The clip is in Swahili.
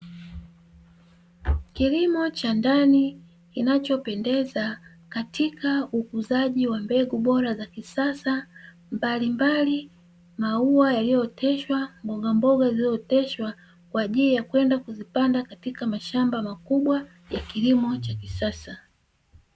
Kilimo cha ndani kinachopendeza, katika ukuzaji wa mbegu bora za kisasa mbalimbali, maua yaliyooteshwa, mboga mboga zilizooteshwa, kwa ajili ya kwenda kuzipanda katika mashamba makubwa ya kilimo cha kisasa.